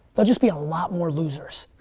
but just be a lot more losers.